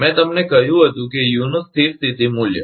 મેં તમને કહ્યું હતું કે યુ નું સ્થિર સ્થિતી મૂલ્ય